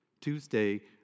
Tuesday